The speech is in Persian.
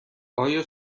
آیا